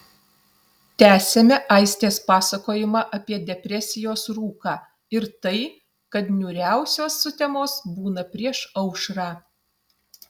tęsiame aistės pasakojimą apie depresijos rūką ir tai kad niūriausios sutemos būna prieš aušrą